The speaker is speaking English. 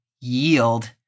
yield